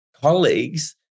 colleagues